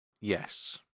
yes